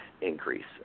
increase